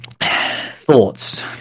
thoughts